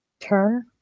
turn